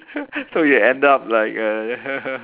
so you end up like a